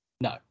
No